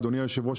אדוני היושב-ראש,